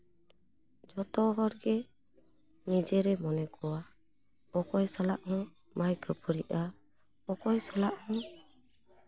ᱡᱚᱛᱚ ᱦᱚᱲᱜᱮ ᱱᱤᱡᱮᱨᱮ ᱢᱚᱱᱮ ᱠᱚᱣᱟ ᱚᱠᱚᱭ ᱥᱟᱞᱟᱜ ᱦᱚᱸ ᱵᱟᱭ ᱠᱷᱟᱹᱯᱟᱹᱨᱤᱜᱼᱟ ᱚᱠᱚᱭ ᱥᱟᱞᱟᱜ ᱦᱚᱸ